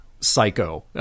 psycho